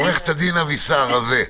עורכת דין אבישר רווה,